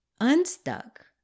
unstuck